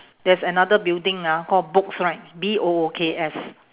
there's another building ah called books right B O O K S